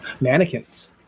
mannequins